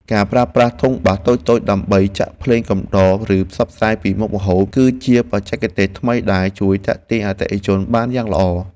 ការប្រើប្រាស់ធុងបាសតូចៗដើម្បីចាក់ភ្លេងកំដរឬផ្សព្វផ្សាយពីមុខម្ហូប គឺជាបច្ចេកទេសថ្មីដែលជួយទាក់ទាញអតិថិជនបានយ៉ាងល្អ។